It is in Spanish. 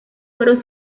fueron